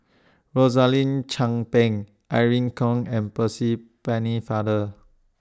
Rosaline Chan Pang Irene Khong and Percy Pennefather